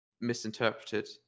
misinterpreted